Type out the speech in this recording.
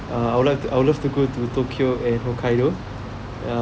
uh I would like to I would love to go to tokyo and hokkaido uh